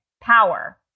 power